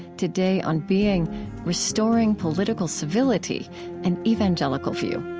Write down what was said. today, on being restoring political civility an evangelical view.